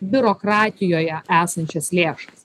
biurokratijoje esančias lėšas